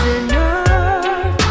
enough